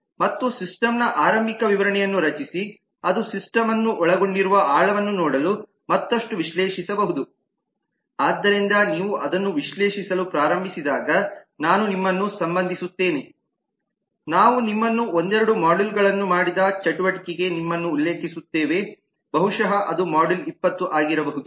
ಮತ್ತು ಸಿಸ್ಟಮ್ನಆರಂಭಿಕ ವಿವರಣೆಯನ್ನು ರಚಿಸಿ ಅದು ಸಿಸ್ಟಮ್ನ್ನು ಒಳಗೊಂಡಿರುವ ಆಳವನ್ನು ನೋಡಲು ಮತ್ತಷ್ಟು ವಿಶ್ಲೇಷಿಸಬಹುದು ಆದ್ದರಿಂದ ನೀವು ಅದನ್ನು ವಿಶ್ಲೇಷಿಸಲು ಪ್ರಾರಂಭಿಸಿದಾಗ ನಾನು ನಿಮ್ಮನ್ನು ಸಂಬಂಧಿಸುತ್ತೇನೆ ನಾವು ನಿಮ್ಮನ್ನು ಒಂದೆರಡು ಮಾಡ್ಯೂಲ್ಗಳನ್ನು ಮಾಡಿದ ಚಟುವಟಿಕೆಗೆ ನಿಮ್ಮನ್ನು ಉಲ್ಲೇಖಿಸುತ್ತೇವೆ ಬಹುಶಃ ಅದು ಮಾಡ್ಯೂಲ್ 20 ಆಗಿರಬಹುದು